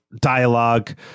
Dialogue